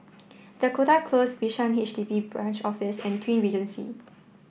Dakota Close Bishan H D B Branch Office and Twin Regency